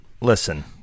listen